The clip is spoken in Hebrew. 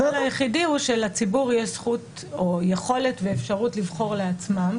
ההבדל היחידי הוא שלציבור יש זכות או יכולת ואפשרות לבחור לעצמם,